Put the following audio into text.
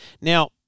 Now